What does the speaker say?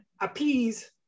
appease